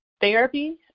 Therapy